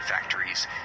factories